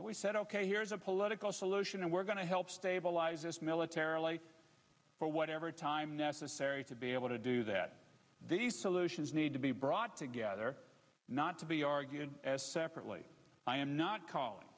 and we said ok here's a political solution and we're going to help stabilize this militarily or whatever time necessary to be able to do that these solutions need to be brought together not to be argued as separately i am not calling